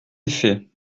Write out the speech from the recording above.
effet